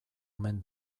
omen